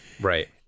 Right